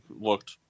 Looked